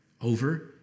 over